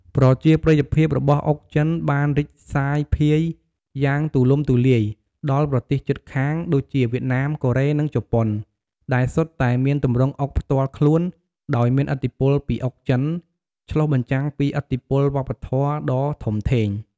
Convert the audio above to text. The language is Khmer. ប្រជាប្រិយភាពរបស់អុកចិនបានរីកសាយភាយយ៉ាងទូលំទូលាយដល់ប្រទេសជិតខាងដូចជាវៀតណាម កូរ៉េ និងជប៉ុន ដែលសុទ្ធតែមានទម្រង់អុកផ្ទាល់ខ្លួនដោយមានឥទ្ធិពលពីអុកចិន ឆ្លុះបញ្ចាំងពីឥទ្ធិពលវប្បធម៌ដ៏ធំធេង។